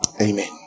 Amen